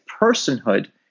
personhood